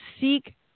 seek